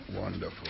Wonderful